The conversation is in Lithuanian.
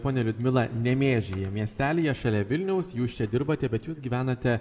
ponia liudmila nemėžyje miestelyje šalia vilniaus jūs čia dirbate bet jūs gyvenate